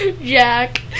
Jack